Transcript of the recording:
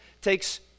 takes